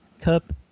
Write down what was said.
Cup